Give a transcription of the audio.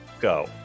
go